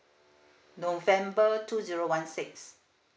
november two zero one six